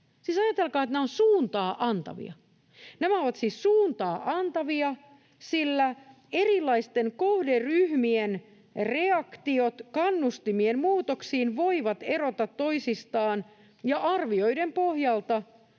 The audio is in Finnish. ajatelkaa, että nämä ovat suuntaa antavia. Nämä ovat siis suuntaa antavia, sillä erilaisten kohderyhmien reaktiot kannustimien muutoksiin voivat erota toisistaan ja arvioiden pohjalta